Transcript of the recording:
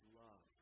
love